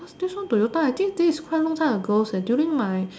this one Toyota I think this is quite long ago and during my